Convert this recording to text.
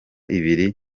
ibiri